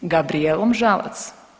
Gabrijelom Žalac.